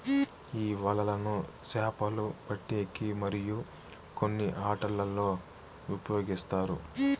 ఈ వలలను చాపలు పట్టేకి మరియు కొన్ని ఆటలల్లో ఉపయోగిస్తారు